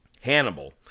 Hannibal